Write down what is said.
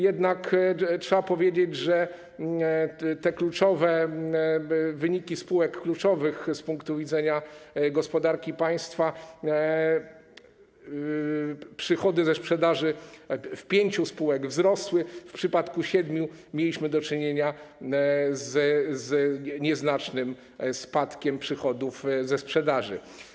Jednak trzeba powiedzieć - jeśli chodzi o kluczowe wyniki spółek kluczowych z punktu widzenia gospodarki państwa - że przychody ze sprzedaży pięciu spółek wzrosły, w przypadku siedmiu mieliśmy do czynienia z nieznacznym spadkiem przychodów ze sprzedaży.